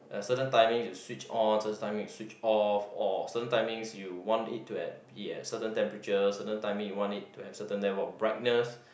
at certain timing you switch on certain timing you switch off or certain timings you want it to at be at certain temperature certain timing you want it to have certain level of brightness